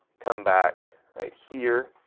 come back, right here,